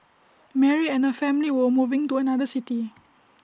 Mary and her family were moving to another city